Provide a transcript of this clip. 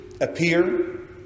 appear